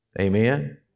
Amen